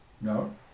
No